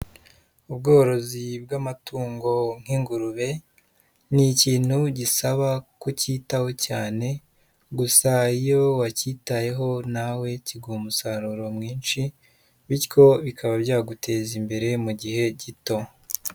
Ubworozi bw'amatungo nk'ingurube, ni ikintu gisaba kucyitaho cyane, gusa iyo wacyitayeho nawe kiguha umusaruro mwinshi, bityo bikaba byaguteza imbere mu gihe gito.